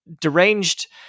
Deranged